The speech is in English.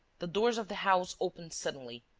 the doors of the house opened suddenly.